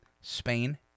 Spain